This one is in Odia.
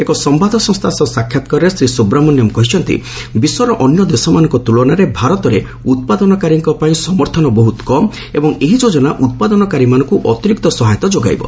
ଏକ ସମ୍ଭାଦ ସଂସ୍କା ସହ ସାକ୍ଷାତ୍କାରରେ ଶ୍ରୀ ସୁବ୍ରମଣ୍ୟମ୍ କହିଛନ୍ତି ବିଶ୍ୱର ଅନ୍ୟ ଦେଶମାନଙ୍କ ତୁଳନାରେ ଭାରତରେ ଉତ୍ପଦକାରୀମାନଙ୍କ ପାଇଁ ସମର୍ଥନ ବହୁତ କମ୍ ଏବଂ ଏହି ଯୋଜନା ଉତ୍ପାଦନକାରୀମାନଙ୍କୁ ଅତିରିକ୍ତ ସହାୟତା ଯୋଗାଇବ